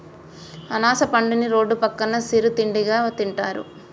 అనాస పండుని రోడ్డు పక్కన సిరు తిండిగా తింటారు